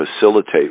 facilitate